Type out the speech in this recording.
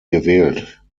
gewählt